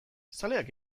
zaleak